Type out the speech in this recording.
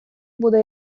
буде